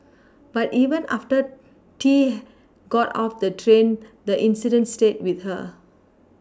but even after T got off the train the incident stayed with her